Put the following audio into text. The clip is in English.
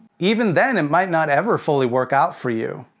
even then, it might not ever fully work out for you.